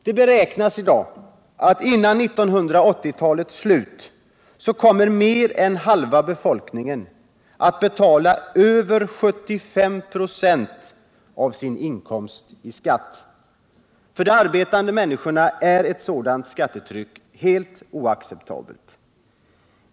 Det beräknas att före 1980-talets slut kommer mer än halva befolkningen att betala över 75 96 av sin inkomst i skatt. För de arbetande människorna är ett sådant skattetryck helt oacceptabelt.